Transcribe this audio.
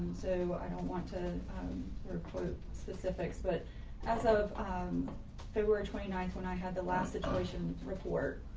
so i don't want to record specifics. but as of february twenty nine, when i had the last situation report